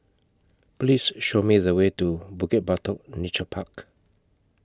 Please Show Me The Way to Bukit Batok Nature Park